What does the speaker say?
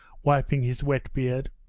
wiping his wet beard.